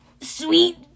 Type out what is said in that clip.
Sweet